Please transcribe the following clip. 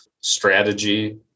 strategy